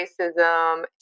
racism